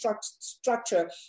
structure